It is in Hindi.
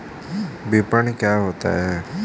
विपणन क्या होता है?